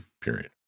Period